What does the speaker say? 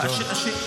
חבר'ה, יאללה.